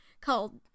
called